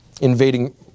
invading